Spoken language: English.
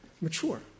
mature